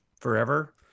forever